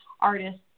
artists